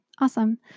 Awesome